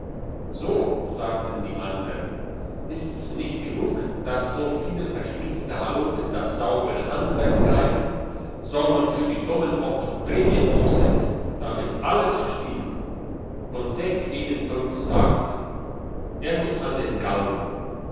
so sagten die andern ist's nicht genug dass so viele verschmitzte halunken das saubere handwerk treiben soll man für die dummen auch noch prämien aussetzen damit alles stiehlt und sechs gegen fünf sagten er muss an den galgen